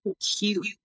cute